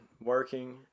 working